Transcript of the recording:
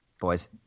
boys